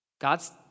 God's